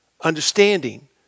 understanding